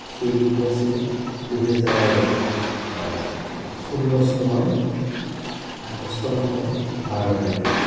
সেই দিনটো আছিলে দুহেজাৰ ষোল্ল চনৰ আগষ্ট মাহৰ বাৰ তাৰিখে